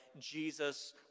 Jesus